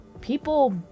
People